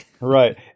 right